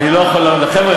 אני לא יכול להבטיח.